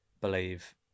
believe